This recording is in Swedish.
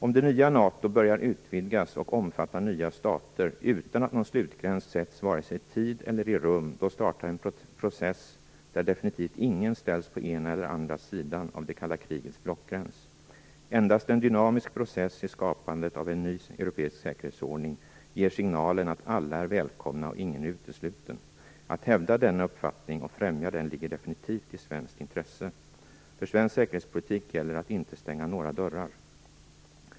Om det nya NATO börjar utvidgas och omfatta nya stater utan att någon slutgräns sätts vare sig i tid eller i rum startar en process där definitivt ingen ställs på ena eller andra sidan av det kalla krigets blockgräns. Endast en dynamisk process i skapandet av en ny europeisk säkerhetsordning ger signalen att alla är välkomna och ingen är utesluten. Att hävda denna uppfattning och främja den ligger definitivt i svenskt intresse. För svensk säkerhetspolitik gäller det att inte stänga några dörrar.